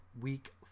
week